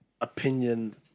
opinion